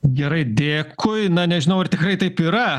gerai dėkui na nežinau ar tikrai taip yra